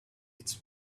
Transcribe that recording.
it’s